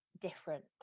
different